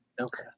Okay